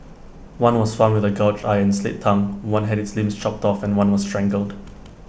one was found with A gouged eye and slit tongue one had its limbs chopped off and one was strangled